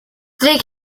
they